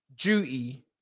duty